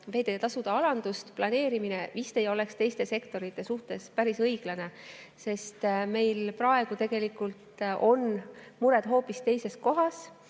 veeteetasude alanduse planeerimine vist ei oleks teiste sektorite suhtes päris õiglane, sest meil on praegu mured hoopis teises kohas.